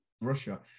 Russia